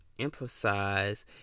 emphasize